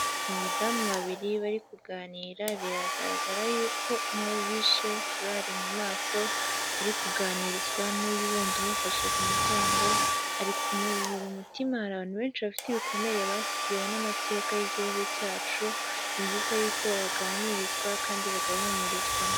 Abadamu babiri bari kuganira biragaragara yuko umwe yihishe na furari mu maso ari kuganirizwa n'uyu wundi umufashe ku mugongo ari kumuruhura umutima hari abantu benshi bafite ibikomere basigiwe n'amateka y'igihugu cyacu nibyiza yuko baganirizwa kandi bagahumurizwa.